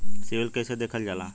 CIBIL कैसे देखल जाला?